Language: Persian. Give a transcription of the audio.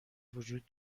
وجود